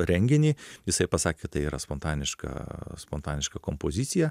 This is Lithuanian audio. renginį jisai pasakė kad tai yra spontaniška spontaniška kompozicija